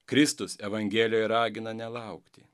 kristus evangelijoj ragina nelaukti